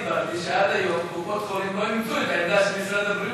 שעד היום קופות החולים לא אימצו את העמדה של משרד הבריאות.